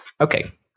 Okay